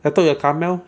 I thought your kamel